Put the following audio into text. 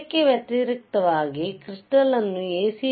ಇದಕ್ಕೆ ವ್ಯತಿರಿಕ್ತವಾಗಿ ಕ್ರಿಸ್ಟಾಲ್ ಅನ್ನು A